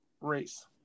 race